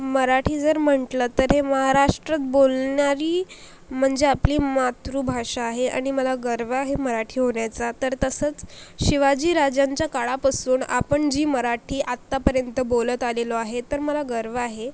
मराठी जर म्हटलं तर हे महाराष्ट्रात बोलणारी म्हणजे आपली मातृभाषा आहे आणि मला गर्व आहे मराठी होण्याचा तर तसंच शिवाजीराजांच्या काळापासून आपण जी मराठी आत्तापर्यंत बोलत आलेलो आहे तर मला गर्व आहे